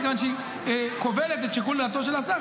מכיוון שהיא כובלת את שיקול דעתו של השר,